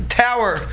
tower